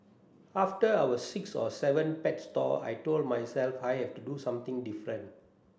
after our sixth or seventh pet store I told myself I have to do something different